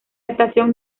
estación